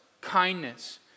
Kindness